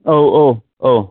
औ औ औ